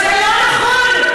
זה לא נכון.